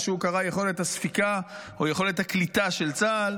מה שהוא קרא לו "יכולת הספיקה" או "יכולת הקליטה" של צה"ל,